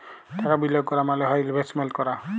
টাকা বিলিয়গ ক্যরা মালে হ্যয় ইলভেস্টমেল্ট ক্যরা